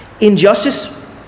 Injustice